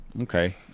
Okay